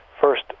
First